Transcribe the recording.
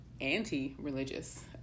anti-religious